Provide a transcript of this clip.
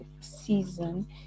season